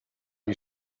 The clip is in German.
die